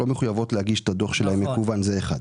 לא מחויבות להגיש את הדוח שלהם מקוון זה אחד,